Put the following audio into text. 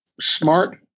smart